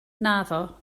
naddo